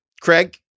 craig